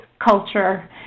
culture